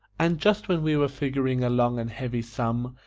and just when we were figuring a long and heavy sum,